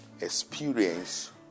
experience